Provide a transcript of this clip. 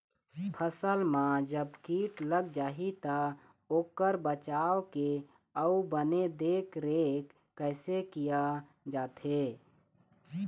फसल मा जब कीट लग जाही ता ओकर बचाव के अउ बने देख देख रेख कैसे किया जाथे?